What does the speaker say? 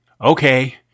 Okay